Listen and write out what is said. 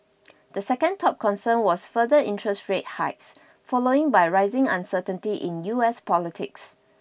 the second top concern was further interest rate hikes following by rising uncertainty in U S politics